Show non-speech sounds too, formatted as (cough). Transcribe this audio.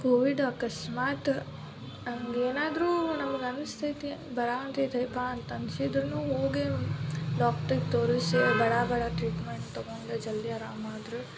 Covid ಅಕಸ್ಮಾತ್ ಏನಾದರೂ ನಮ್ಗೆ ಅನಿಸ್ತೈತಿ ಬಾ (unintelligible) ಬಾ ಅಂತ ಅನ್ಸಿದ್ರೂ ಹೋಗಿ ಡಾಕ್ಟ್ರಿಗೆ ತೋರಿಸಿ ಬಡ ಬಡ ಟ್ರೀಟ್ಮೆಂಟ್ ತೊಗೊಂಡು ಜಲ್ದಿ ಆರಾಮ್ ಆದರು